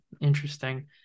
interesting